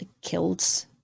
killed